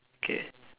kay